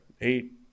eight